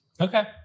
Okay